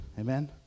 Amen